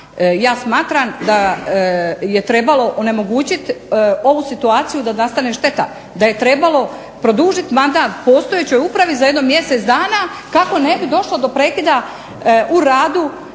ja smatram da je trebalo onemogućiti ovu situaciju da nastane šteta, da je trebalo produžiti mandat postojećoj upravi za jedno mjesec dana kako ne bi došlo do prekida u radu